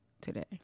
today